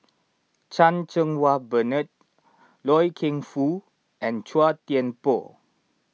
Chan Cheng Wah Bernard Loy Keng Foo and Chua Thian Poh